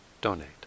donate